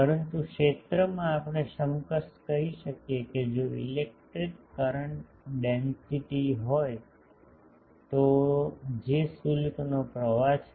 પરંતુ ક્ષેત્રમાં આપણે સમકક્ષ કહી શકીએ કે જો ઇલેક્ટ્રિક કરંટ ડેન્સિટીસ હોય તો જે શુલ્કનો પ્રવાહ છે